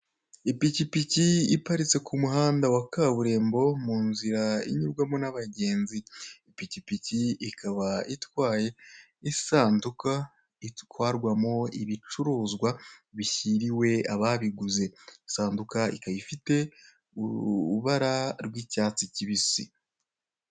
Ipikipiki iparitse ku muhanda wa kaburimbo, mu nzira inyurwamo n'abagenzi. Ipikipiki ikaba itwaye isanduka itwarwamo ibicuruzwa bishyiriwe ababiguze. Isanduka ikaba ifite urubara rw'icyatsi kibisi.